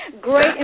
great